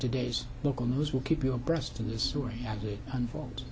today's local news will keep you abreast of this story unfold